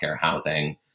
housing